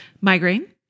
Migraine